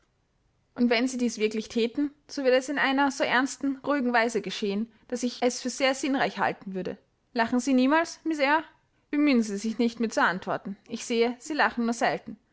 und wenn sie dies wirklich thäten so würde es in einer so ernsten ruhigen weise geschehen daß ich es für sehr sinnreich halten würde lachen sie niemals miß eyre bemühen sie sich nicht mir zu antworten ich sehe sie lachen nur selten